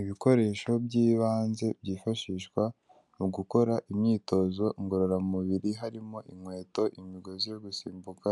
Ibikoresho by'ibanze byifashishwa mu gukora imyitozo ngororamubiri harimo inkweto, imigozi yo gusimbuka,